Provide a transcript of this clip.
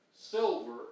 silver